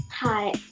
Hi